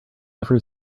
ever